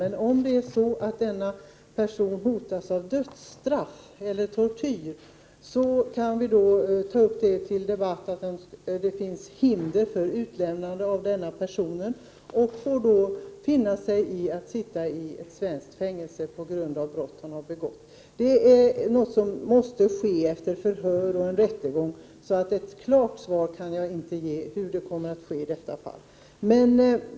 Men om denna person hotas av dödsstraff eller tortyr, kan vi debattera om det finns hinder för utlämnande av denna person. Han får då finna sig i att sitta i ett svenskt fängelse på grund av det brott som han har begått. Detta är något som måste ske efter förhör och rättegång. Jag kan inte ge ett klart svar på hur det skall bli i detta fall.